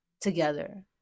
together